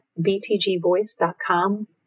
btgvoice.com